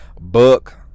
book